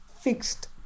fixed